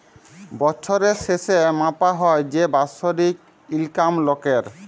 বছরের শেসে মাপা হ্যয় যে বাৎসরিক ইলকাম লকের